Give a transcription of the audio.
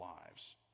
lives